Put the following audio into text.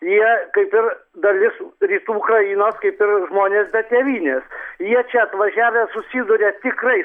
jie kaip ir dalis rytų ukrainos kaip ir žmonės be tėvynės jie čia atvažiavę susiduria tikrai